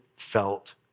felt